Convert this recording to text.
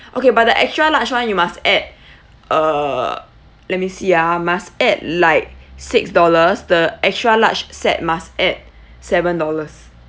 okay but the extra large [one] you must add uh let me see ah must add like six dollars the extra large set must add seven dollars